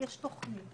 יש תוכנית